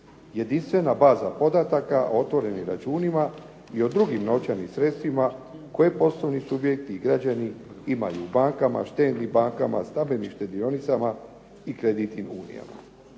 jedinstvena baza podataka o otvorenim računima i o drugim novčanim sredstvima koje poslovni subjekti i građani imaju u bankama štednim bankama, stambenim štedionicama i kreditnim unijama.